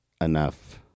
enough